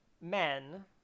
men